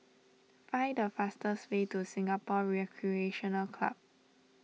find a fastest way to Singapore Recreation Club